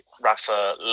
rafa